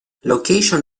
location